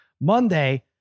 Monday